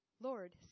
Lord